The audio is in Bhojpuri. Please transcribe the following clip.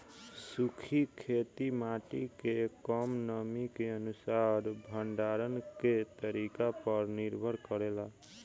सूखी खेती माटी के कम नमी के अनुसार भंडारण के तरीका पर निर्भर करेला